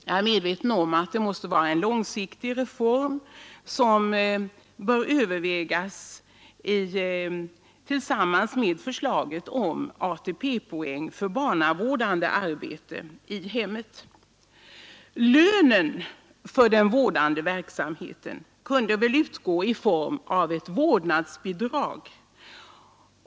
Jag är medveten om att detta måste vara en långsiktig reform som bör övervägas tillsammans med förslaget om ATP-poäng för barnavårdande arbete i hemmet. Lönen för den vårdande verksamheten kunde utgå i form av ett vårdnadsbidrag.